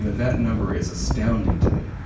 that number is astounding to me.